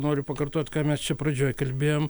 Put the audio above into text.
noriu pakartot ką mes čia pradžioj kalbėjom